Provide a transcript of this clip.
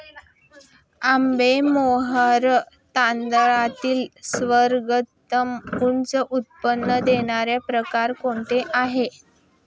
आंबेमोहोर तांदळातील सर्वोत्तम उच्च उत्पन्न देणारा प्रकार कोणता आहे?